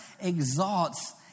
exalts